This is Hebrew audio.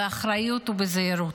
באחריות ובזהירות.